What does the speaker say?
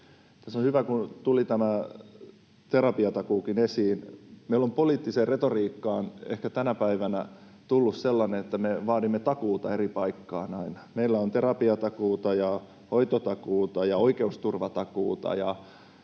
se on hyvä, kun tuli tämä terapiatakuukin esiin. Meillä on poliittiseen retoriikkaan ehkä tänä päivänä tullut sellainen, että me vaadimme aina takuuta eri paikkaan: meillä on terapiatakuuta ja hoitotakuuta ja oikeusturvatakuuta.